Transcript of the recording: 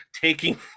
taking